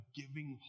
giving